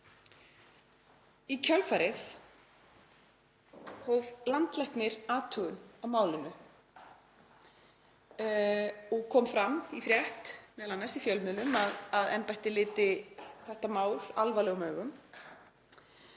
Í kjölfarið hóf landlæknir athugun á málinu. Það kom fram í frétt, m.a. í fjölmiðlum, að embættið liti þetta mál alvarlegum augum